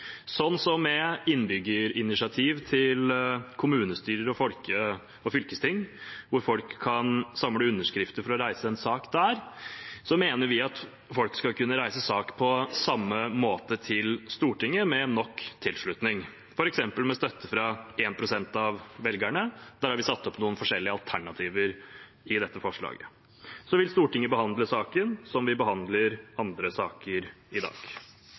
Som med innbyggerinitiativ til kommunestyrer og fylkesting, hvor folk kan samle underskrifter for å reise en sak der, mener vi at folk på samme måte skal kunne reise sak til Stortinget, med nok tilslutning, f.eks. med støtte fra 1 pst. av velgerne. Der har vi satt opp noen forskjellige alternativer i dette forslaget. Så vil Stortinget behandle saken som vi behandler andre saker i dag.